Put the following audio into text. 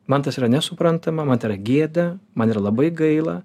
man tas yra nesuprantama man tai yra gėda man yra labai gaila